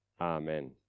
Amen